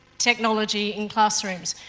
technology in classrooms.